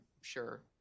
sure